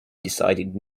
decided